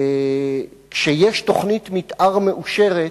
כשיש תוכנית מיתאר מאושרת,